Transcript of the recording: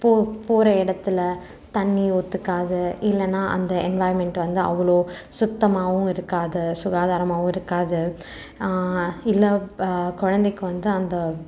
போகிற இடத்துல தண்ணி ஒத்துக்காது இல்லைன்னா அந்த என்விராய்ன்மெண்ட் வந்து அவ்வளோ சுத்தமாகவும் இருக்காது சுகாதாரமாகவும் இருக்காது இல்லை குழந்தைக்கு வந்து அந்த